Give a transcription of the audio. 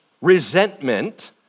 resentment